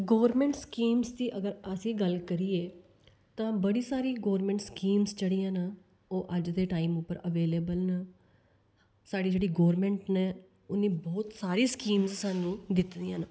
government schemes दी अगर अस गल्ल करिए तां बड़ी सारी गौरमेंट स्कीम्स जेह्ड़ियां न ओह् अज्ज दे टाइम उप्पर अवेलेवल न साढ़ी जेह्ड़ी गौरमेंट न उ'नें बहुत सारी स्कीम्स सानू दित्ती दियां न